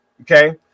okay